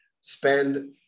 spend